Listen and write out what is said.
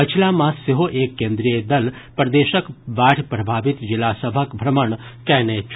पछिला मास सेहो एक केन्द्रीय दल प्रदेशक बाढ़ि प्रभावित जिला सभक भ्रमण कयने छल